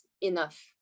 enough